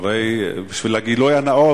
בשביל הגילוי הנאות,